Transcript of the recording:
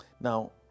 Now